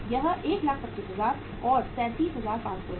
यह 125000 और 37500 है